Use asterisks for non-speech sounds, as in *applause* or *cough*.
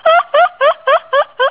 *laughs*